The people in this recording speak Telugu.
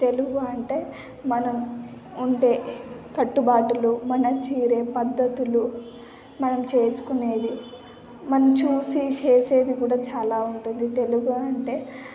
తెలుగు అంటే మనం ఉండే కట్టుబాటులు మన చీర పద్ధతులు మనం చేసుకునేవి మనం చూసి చేసేది కూడా చాలా ఉంటుంది తెలుగు అంటే